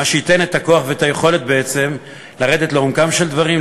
מה שייתן את הכוח והיכולת בעצם לרדת לעומקם של דברים,